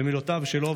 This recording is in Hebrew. במילותיו שלו,